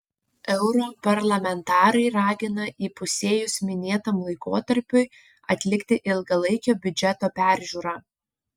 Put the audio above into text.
europarlamentarai ragina įpusėjus minėtam laikotarpiui atlikti ilgalaikio biudžeto peržiūrą